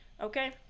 okay